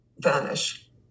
vanish